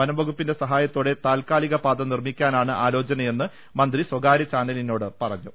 വനംവകുപ്പിന്റെ സഹായത്തോടെ താൽക്കാലിക പാത നിർമ്മിക്കാനാണ് ആലോചനയെന്ന് മന്ത്രി സ്വകാര്യചാനലിനോട് പറഞ്ഞു